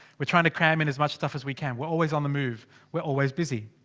we're trying to cram in as much stuff as we can we're always on the move we're always busy.